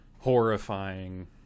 horrifying